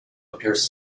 appears